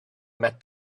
met